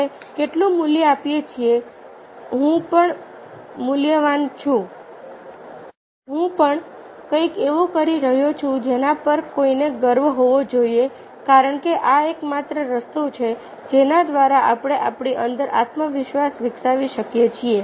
આપણે કેટલું મૂલ્ય આપીએ છીએ હું પણ મૂલ્યવાન છું હું પણ કંઈક એવું કરી રહ્યો છું જેના પર કોઈને ગર્વ હોવો જોઈએ કારણ કે આ એકમાત્ર રસ્તો છે જેના દ્વારા આપણે આપણી અંદર આત્મવિશ્વાસ વિકસાવી શકીએ છીએ